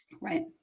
Right